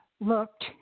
looked